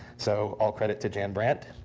so all credit to jan brandt.